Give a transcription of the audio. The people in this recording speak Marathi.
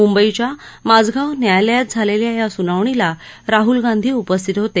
म्ंबईच्या माझगाव न्यायालयात झालेल्या या स्नावणीला राहल गांधी उपस्थित होते